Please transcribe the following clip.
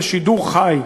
בשידור חי.